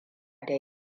da